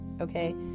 okay